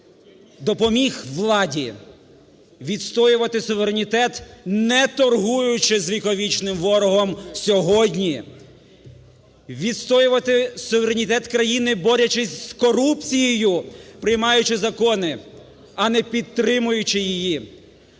допоміг владі відстоювати суверенітет, не торгуючи з віковічним ворогом сьогодні, відстоювати суверенітет країни, борючись з корупцією, приймаючи закони, а не підтримуючи її,